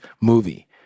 movie